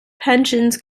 pensions